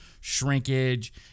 shrinkage